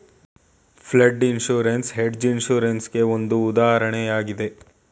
flood insurance hedge insurance ಗೆ ಒಂದು ಉದಾಹರಣೆಯಾಗಿದೆ